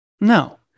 No